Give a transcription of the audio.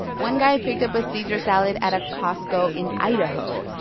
one guy picked up a caesar salad at a costco in idaho.